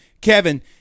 Kevin